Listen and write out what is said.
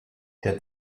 der